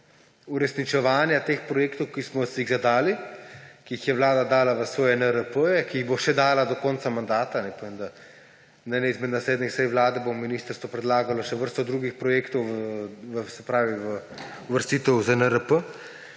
uresničevanja teh projektov, ki smo si jih zadali, ki jih je Vlada dala v svoje NRP-je, ki jih bo še dala do konca mandata – naj povem, da bo na eni izmed naslednjih sej Vlade ministrstvo predlagalo še vrsto drugih projektov v uvrstitev za NRP